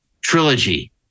trilogy